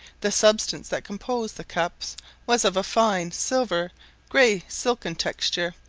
the substance that composed the cups was of a fine silver grey silken texture,